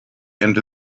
into